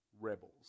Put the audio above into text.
rebels